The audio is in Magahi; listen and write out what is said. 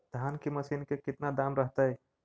धान की मशीन के कितना दाम रहतय?